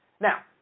Now